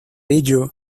ello